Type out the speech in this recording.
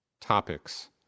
topics